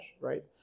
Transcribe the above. right